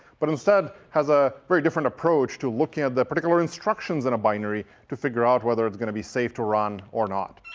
but instead, it has a very different approach to looking at the particular instructions in a binary, to figure out whether it's going to be safe to run or not.